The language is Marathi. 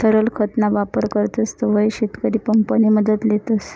तरल खत ना वापर करतस तव्हय शेतकरी पंप नि मदत लेतस